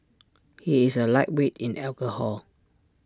he is A lightweight in alcohol